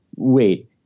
Wait